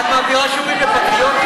מה, את מעבירה שיעורים בפטריוטיות?